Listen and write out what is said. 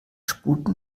sputen